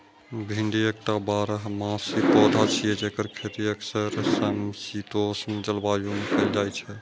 भिंडी एकटा बारहमासी पौधा छियै, जेकर खेती अक्सर समशीतोष्ण जलवायु मे कैल जाइ छै